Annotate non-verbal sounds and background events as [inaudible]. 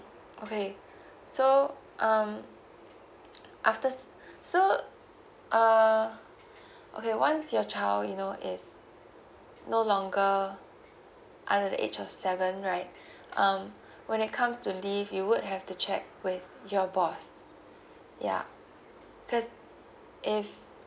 okay [breath] so um after so uh [breath] okay once your child you know is no longer under the age of seven right [breath] um [breath] when it comes to leave you would have to check with your boss ya because if